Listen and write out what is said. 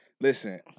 Listen